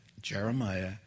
Jeremiah